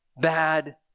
bad